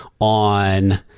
on